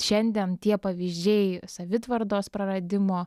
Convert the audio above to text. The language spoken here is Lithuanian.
šiandien tie pavyzdžiai savitvardos praradimo